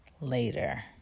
later